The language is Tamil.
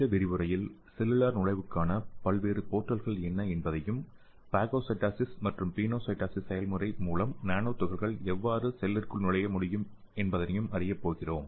இந்த விரிவுரையில் செல்லுலார் நுழைவுக்கான பல்வேறு போர்டல்கள் என்ன என்பதையும் பாகோசைட்டோசிஸ் மற்றும் பினோசைட்டோசிஸ் செயல்முறை மூலம் நானோதுகள்கள் எவ்வாறு செல்லிற்குள் நுழைய முடியும் என்பதையும் அறியப்போகிறோம்